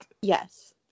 yes